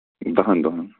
دَہن دۄہن